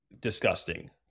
disgusting